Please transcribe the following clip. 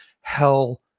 Hell